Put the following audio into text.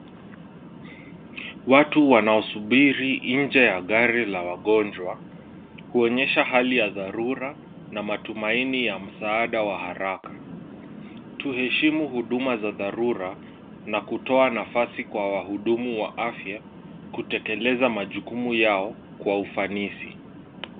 Watu wanaosubiri nje ya gari la wagonjwa huonyesha hali ya dharura na matumaini ya msaada wa haraka. Tuheshimu huduma za dharura na kutoa nafasi kwa wahudumu wa afya kutekeleza majukumu yao kwa ufanisi.